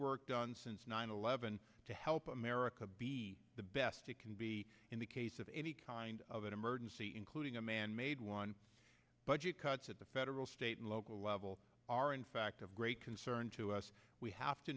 work done since nine eleven to help america be the best it can be in the case of any kind of emergency including a manmade one budget cuts at the federal state and local level are in fact of great concern to us we have to